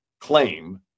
claim